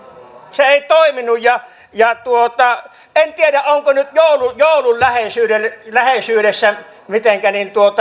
se ei toiminut ja ja en tiedä ovatko nyt joulun joulun läheisyydessä läheisyydessä mitenkä